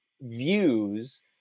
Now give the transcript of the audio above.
views